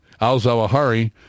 al-Zawahiri